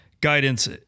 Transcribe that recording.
guidance